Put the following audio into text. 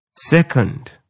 Second